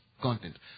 content